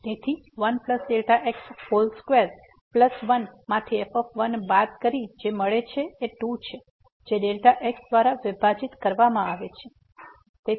તેથી 1x21 માંથી f 1 બાદ કરી જે મળે છે એ ૨ છે જે x દ્વારા વિભાજિત કરવામાં આવે છે